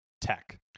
tech